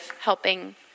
helping